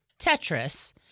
Tetris